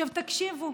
עכשיו תקשיבו,